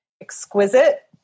Exquisite